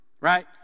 Right